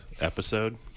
episode